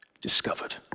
discovered